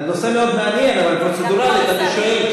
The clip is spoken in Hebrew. הנושא מאוד מעניין אבל פרוצדורלית אני שואל,